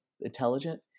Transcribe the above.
intelligent